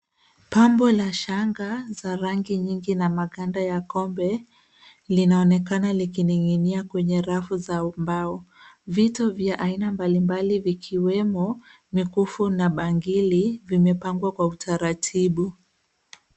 Pambo la shanga za rangi nyingi na maganda ya kobe linaonekana likining'inia kwenye rafu za mbao. Vitu vya aina mbalimbali vikiwemo, mikufu na bangili, vimepangwa kwa utaratibu.